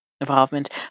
involvement